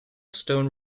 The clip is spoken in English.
stone